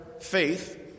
faith